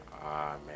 Amen